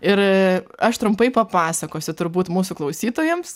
ir aš trumpai papasakosiu turbūt mūsų klausytojams